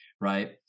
right